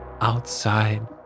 outside